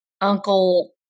Uncle